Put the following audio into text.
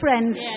friends